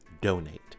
donate